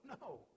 No